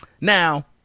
Now